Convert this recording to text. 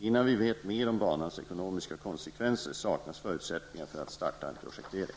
Innan vi vet mer om banans ekonomiska konsekvenser saknas förutsättningar för att starta en projektering.